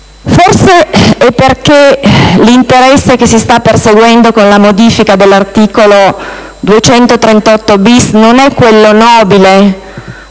forse è perché l'interesse che si sta perseguendo con la modifica dell'articolo 238-*bis* non è quello nobile